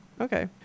Okay